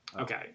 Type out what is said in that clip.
Okay